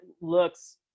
looks